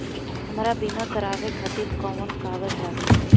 हमरा बीमा करावे खातिर कोवन कागज लागी?